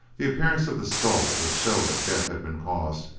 the appearance of the skull would show that death had been caused,